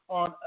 on